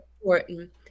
important